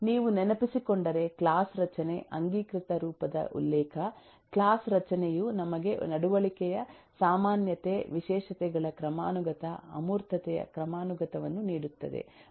ನೀವು ನೆನಪಿಸಿಕೊಂಡರೆ ಕ್ಲಾಸ್ ರಚನೆ ಅಂಗೀಕೃತ ರೂಪದ ಉಲ್ಲೇಖ ಕ್ಲಾಸ್ ರಚನೆಯು ನಮಗೆ ನಡವಳಿಕೆಯ ಸಾಮಾನ್ಯತೆ ವಿಶೇಷತೆಗಳ ಕ್ರಮಾನುಗತ ಅಮೂರ್ತತೆಯ ಕ್ರಮಾನುಗತವನ್ನು ನೀಡುತ್ತದೆ